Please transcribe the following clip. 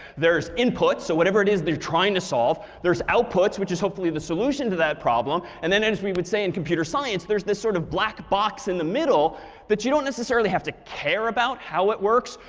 there's input so whatever it is that you're trying to solve. there's output, which is hopefully the solution to that problem. and then, as we would say in computer science, there's this sort of black box in the middle that you don't necessarily have to care about how it works.